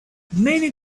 many